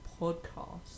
podcast